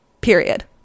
Period